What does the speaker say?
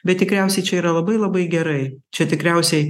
bet tikriausiai čia yra labai labai gerai čia tikriausiai